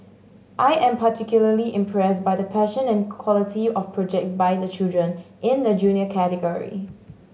I am particularly impressed by the passion and quality of projects by the children in the Junior category